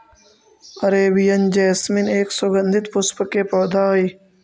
Arabian jasmine एक सुगंधित पुष्प के पौधा हई